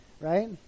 right